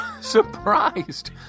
Surprised